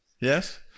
Yes